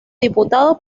diputado